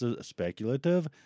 speculative